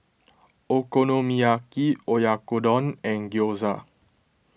Okonomiyaki Oyakodon and Gyoza